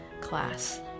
class